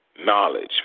knowledge